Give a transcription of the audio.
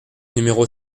numéro